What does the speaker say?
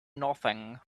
nothing